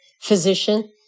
physician